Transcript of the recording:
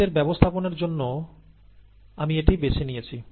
আমাদের ব্যবস্থাপনার জন্য আমি এটি বেছে নিয়েছি